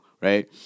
right